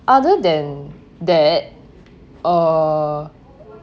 other than that err